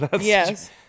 Yes